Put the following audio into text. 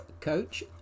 Coach